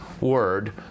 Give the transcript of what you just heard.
word